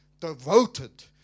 devoted